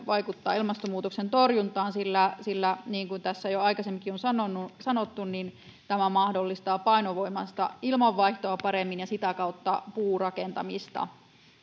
vaikuttaa ilmastonmuutoksen torjuntaan niin kuin tässä jo aikaisemminkin on sanottu sillä tämä mahdollistaa painovoimaista ilmanvaihtoa paremmin ja sitä kautta puurakentamista